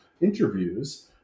interviews